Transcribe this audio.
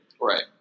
right